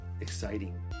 exciting